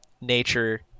nature